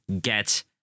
get